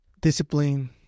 discipline